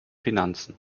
finanzen